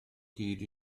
hyd